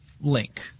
Link